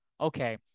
Okay